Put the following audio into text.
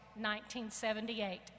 1978